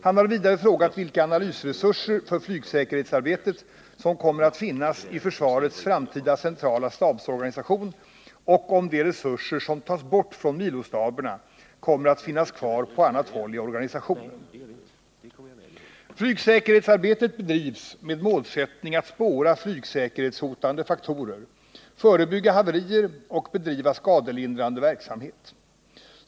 Han har vidare frågat vilka analysresurser för flygsäkerhetsarbetet som kommer att finnas i försvarets framtida centrala stabsorganisation och om de resurser som tas bort från milostaberna kommer att finnas kvar på annat håll i organisationen. Flygsäkerhetsarbetet bedrivs med målsättning att spåra flygsäkerhetshotande faktorer, förebygga haverier och bedriva skadelindrande verksamhet.